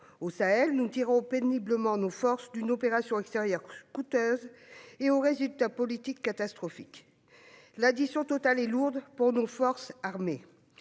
Au Sahel, nous tirons péniblement nos forces d'une opération extérieure coûteuse et aux résultats politiques catastrophiques. L'addition totale est lourde pour nos forces armées.